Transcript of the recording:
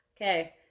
Okay